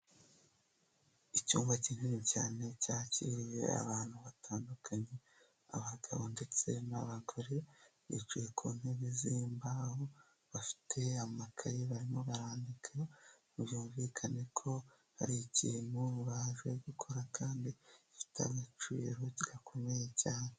Icyumba kinini cyane cyakiriye abantu batandukanye abagabo ndetse n'abagore, bicaye ku ntebe z'imbaho bafite amakaye barimo barandika, byumvikane ko hari ikintu baje gukora kandi gifite agaciro gakomeye cyane.